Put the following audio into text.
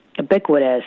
ubiquitous